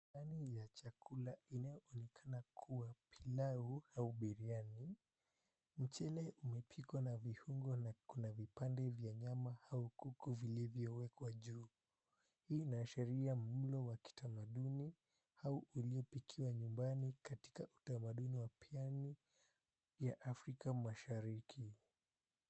Ndani ya chakula kinayojulikana kuwa pilau au biriani. Mchele umepikwa na vifungo na kunavipande vya nyama au kuku vilivyowekwa juu. Hii inaashiria mlo wa kitamaduni au uliopikiwa nyumbani katika utamaduni wa Pwani ya Afrika mshariki.